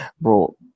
Bro